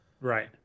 Right